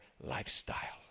lifestyle